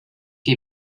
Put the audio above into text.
que